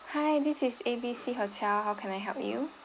hi this is A B C hotel how can I help you